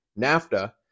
NAFTA